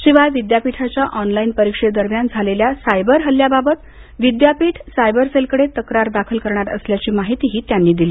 शिवाय विद्यापीठाच्या ऑनलाइन परीक्षे दरम्यान झालेल्या सायबर हल्ल्याबाबत विद्यापीठ सायबरसेलकडे तक्रार दाखल करणार असल्याची माहिती त्यांनी यावेळी दिली